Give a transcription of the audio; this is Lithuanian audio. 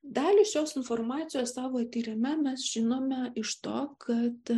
dalį šios informacijos savo tyrime mes žinome iš to kad